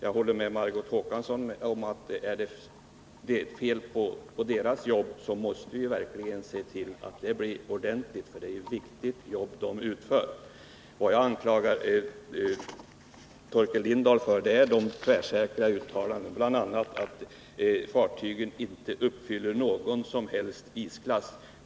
Jag instämmer med Margot Håkansson i att om klassificeringssällskapens verksamhet inte är bra, då måste vi verkligen se till att det blir en ändring, för det är ju ett viktigt jobb de utför. Det jag anklagar Torkel Lindahl för är hans tvärsäkra uttalanden, bl.a. att fartygen inte uppfyller något som helst isklasskrav.